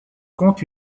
compte